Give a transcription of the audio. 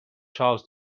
charles